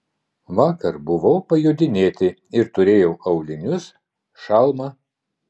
vakar buvau pajodinėti ir turėjau aulinius šalmą